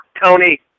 Tony